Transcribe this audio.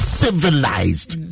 civilized